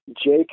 Jake